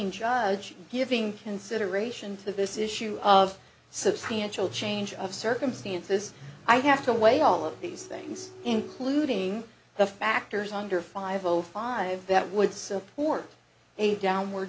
g judge giving consideration to this issue of substantial change of circumstances i have to weigh all of these things including the factors under five zero five that would support a downward